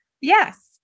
Yes